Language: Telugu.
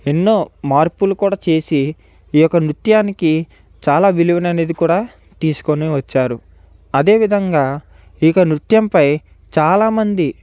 ఎన్నో మార్పులు కూడా చేసి ఈ యొక్క నృత్యానికి చాలా విలువను అనేది కూడా తీసుకొనివచ్చారు అదేవిధంగా ఈ యొక్క నృత్యంపై చాలామంది